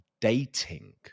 dating